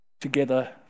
together